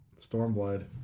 Stormblood